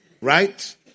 right